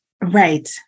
Right